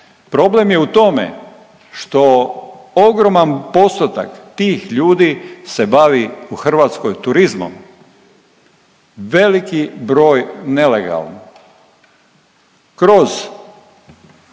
Problem je u tome što ogroman postotak tih ljudi se bavi u Hrvatskoj turizmom, veliki broj nelegalno kroz